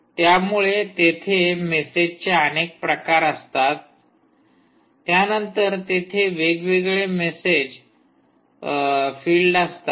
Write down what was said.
त्यामुळे तेथे मेसेजचे अनेक प्रकार असतात त्यानंतर तेथे वेगवेगळे मेसेज फिल्ड असतात